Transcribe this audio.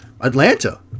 Atlanta